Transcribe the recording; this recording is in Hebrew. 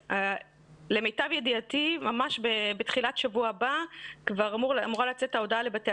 למיטב ידיעתי ממש בתחילת שבוע הבא אמורה לצאת ההודעה לבתי